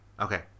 okay